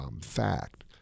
fact